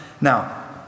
Now